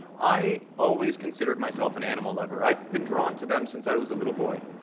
i always considered myself an animal lover. i've been drawn to them since i was a little boy.